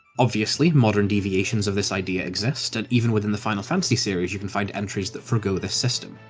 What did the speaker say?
obviously, modern deviations of this idea exist, and even within the final fantasy series you can find entries that forego this system,